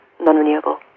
non-renewable